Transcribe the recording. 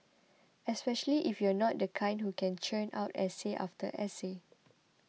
especially if you're not the kind who can churn out essay after essay